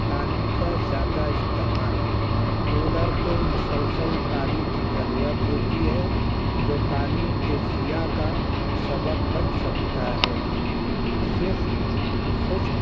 پانی کا زیادہ استعمال کولر کو مسلسل پانی کی ضرورت ہوتی ہے جو پانی کے زیاں کا سبب بن سکتا ہے صرف خشک